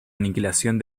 aniquilación